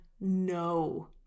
no